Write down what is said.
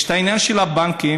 את העניין של הבנקים,